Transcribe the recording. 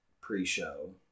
pre-show